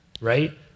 right